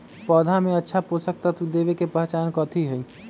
पौधा में अच्छा पोषक तत्व देवे के पहचान कथी हई?